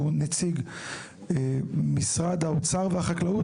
שהוא נציג משרד החקלאות.